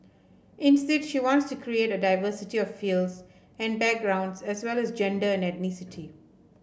instead she wants to create a diversity of fields and backgrounds as well as gender and ethnicity